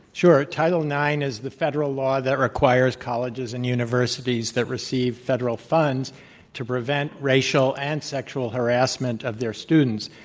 sure, title ix is the federal law that requires colleges and universities that receive federal funds to prevent racial and sexual harassment of their students.